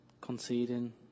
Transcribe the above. conceding